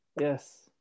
yes